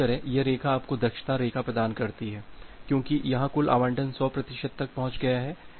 इसी तरह यह रेखा आपको दक्षता रेखा प्रदान करती है क्योंकि यहां कुल आवंटन 100 प्रतिशत तक पहुंच गया है